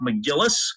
McGillis